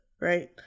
right